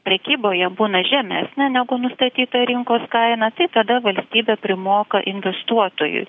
prekyboje būna žemesnė negu nustatyta rinkos kaina tai tada valstybė primoka investuotojui